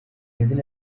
izina